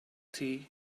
tea